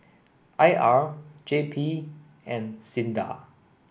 I R J P and SINDA